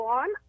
on